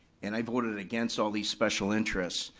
and i voted against all these special interests.